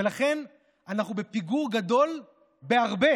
ולכן אנחנו בפיגור גדול בהרבה